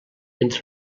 entre